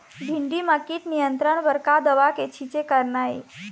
भिंडी म कीट नियंत्रण बर का दवा के छींचे करना ये?